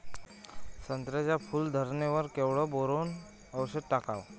संत्र्याच्या फूल धरणे वर केवढं बोरोंन औषध टाकावं?